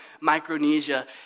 Micronesia